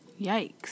Yikes